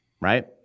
right